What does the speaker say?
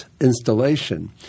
installation –